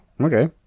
okay